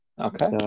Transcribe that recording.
Okay